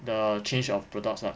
the change of products lah